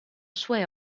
sue